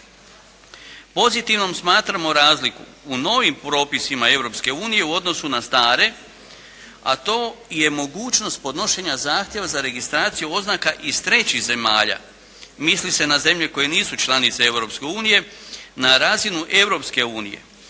Pozitivnom smatramo razliku u novim propisima Europske unije u odnosu na stare, a to je mogućnost podnošenja zahtjeva za registraciju oznaka iz trećih zemalja, misli se na zemlje koje nisu članice Europske